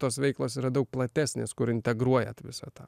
tos veiklos yra daug platesnės kur integruojat visą tą